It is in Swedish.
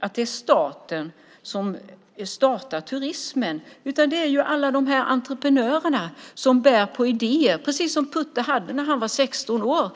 att det är staten som startar turismen, utan det är ju alla dessa entreprenörer som bär på idéer - precis som Putte när han var 16 år.